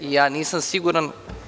Ja nisam siguran.